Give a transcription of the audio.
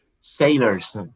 sailors